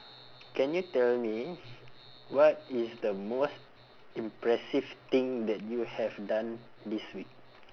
can you tell me what is the most impressive thing that you have done this week